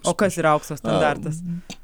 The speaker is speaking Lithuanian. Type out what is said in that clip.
o kas yra aukso standartas